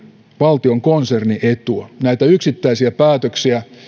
valtion konsernietua näitä yksittäisiä päätöksiä